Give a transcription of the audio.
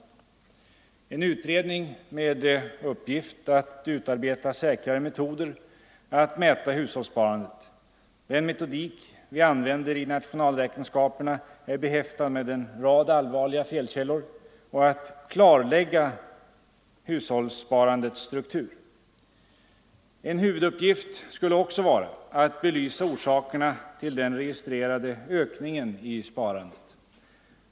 En sådan utredning skall ha till uppgift att utarbeta säkrare metoder att mäta hushållssparandet — den metodik som används i nationalräkenskaperna är behäftad med en rad allvarliga felkällor — och att klarlägga hushållssparandets struktur. En huvuduppgift skulle också vara att belysa orsakerna till den registrerade ökningen i sparandet.